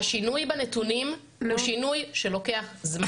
השינוי בנתונים הוא שינוי שלוקח זמן.